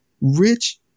Rich